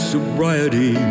Sobriety